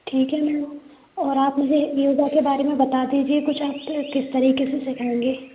ठीक है मैम और आप मुझे योगा के बारे में बता दीजिए कुछ आप किस तरीके से सिखाएँगे